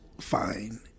fine